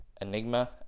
Enigma